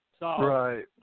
Right